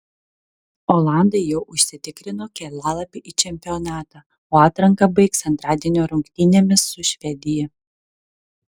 olandai jau užsitikrino kelialapį į čempionatą o atranką baigs antradienio rungtynėmis su švedija